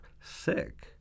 sick